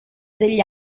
degli